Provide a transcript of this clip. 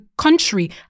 country